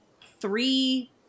three